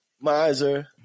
miser